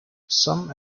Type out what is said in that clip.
some